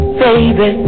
baby